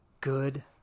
Good